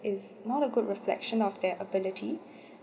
is not a good reflection of their ability